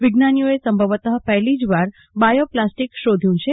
વિજ્ઞાનીઓએ સંભવતઃપહેલી જ વાર બાયો પ્લાસ્ટિક શોધ્યુ છે